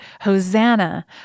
Hosanna